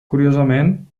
curiosament